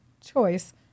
choice